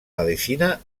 medicina